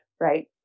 right